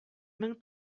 мең